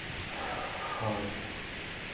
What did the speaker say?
और